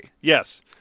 Yes